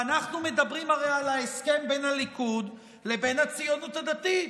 ואנחנו מדברים הרי על ההסכם בין הליכוד לבין הציונות הדתית,